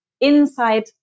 inside